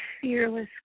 fearless